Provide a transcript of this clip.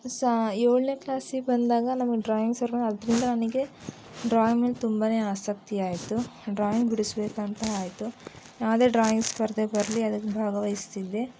ಸ ಏಳನೇ ಕ್ಲಾಸಿಗೆ ಬಂದಾಗ ನಮಗೆ ಡ್ರಾಯಿಂಗ್ ಸರ್ ಅದರಿಂದ ನನಗೆ ಡ್ರಾಯಿಂಗ್ ಮೇಲೆ ತುಂಬ ಆಸಕ್ತಿ ಆಯಿತು ಡ್ರಾಯಿಂಗ್ ಬಿಡಿಸಬೇಕಂತ ಆಯಿತು ಯಾವುದೇ ಡ್ರಾಯಿಂಗ್ ಸ್ಪರ್ಧೆ ಬರಲಿ ಅದಕ್ಕೆ ಭಾಗವಹಿಸ್ತಿದ್ದೆ